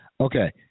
Okay